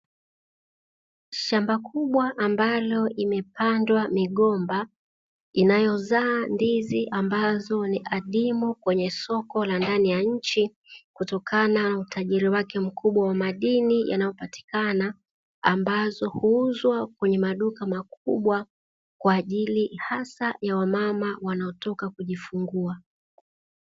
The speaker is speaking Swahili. Shamba kubwa ambalo limepandwa migomba inayozaa ndizi ambazo ni adimu kwenye soko ndani la ya nchi, kutokana na utajiri wake mkubwa wa madini yanayopatikana, ambazo huuzwa kwenye maduka makubwa kwa ajili hasa ya mama wanaotoka kujifungua.